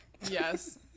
yes